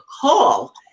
call